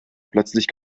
plötzlich